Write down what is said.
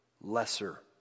lesser